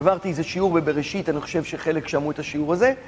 עברתי איזה שיעור בבראשית, אני חושב שחלק שמעו את השיעור הזה.